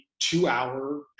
two-hour